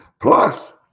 plus